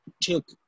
took